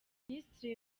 minisitiri